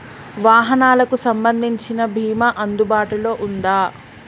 వాహనాలకు సంబంధించిన బీమా అందుబాటులో ఉందా?